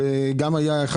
כי אם היא תמסה זה יהיה כאילו